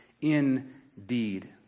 indeed